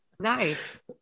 nice